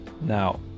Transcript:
Now